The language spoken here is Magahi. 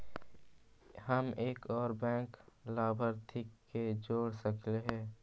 हम एक और बैंक लाभार्थी के जोड़ सकली हे?